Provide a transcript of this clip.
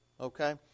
Okay